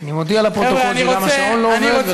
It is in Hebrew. אני מודיע לפרוטוקול שגם השעון לא עובד,